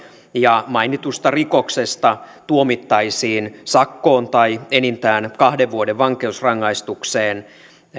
ja mainitusta rikoksesta tuomittaisiin sakkoon tai enintään kahden vuoden vankeusrangaistukseen